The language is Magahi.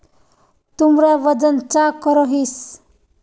तुमरा वजन चाँ करोहिस?